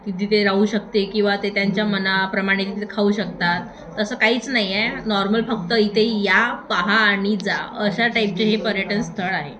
की तिथे राहू शकते किंवा ते त्यांच्या मनाप्रमाणे तिथे खाऊ शकतात तसं काहीच नाही आहे नॉर्मल फक्त इथे या पहा आणि जा अशा टाईपचे हे पर्यटन स्थळ आहे